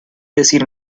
decir